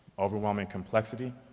overwhelming complexity,